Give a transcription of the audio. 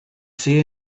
see